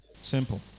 Simple